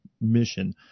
mission